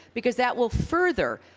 because that will further,